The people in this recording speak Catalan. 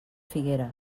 figueres